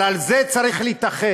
אבל על זה צריך להתאחד,